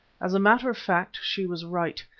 as a matter of fact she was right,